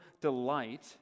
delight